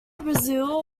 brazil